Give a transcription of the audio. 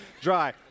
dry